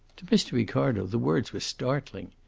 to mr. ricardo the words were startling.